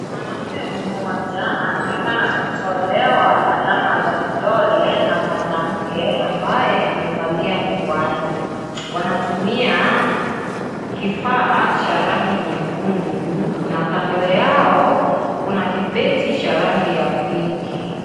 Mwanaume mmoja, anaoneka akitolewa alama za vidole na mwanamke ambaye, amevaa miwani. Wanatumia kifaa cha rangi nyekundu na kando yao, kuna kibeti cha rangi ya pinki.